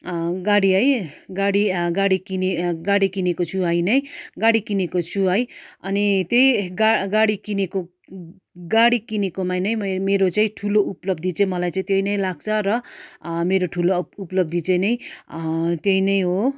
गाडी है गाडी गाडी किनेँ गाडी किनेको छु है नै गाडी किनेको छु है अनि त्यही गा गाडी किनेको गाडी किनेकोमा नै म मेरो चाहिँ ठुलो उपलब्धि चाहिँ मलाई चाहिँ त्यही नै लाग्छ र मेरो ठुलो उप उपलब्धि चाहिँ नै त्यही नै हो